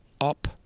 up